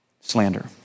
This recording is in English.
Slander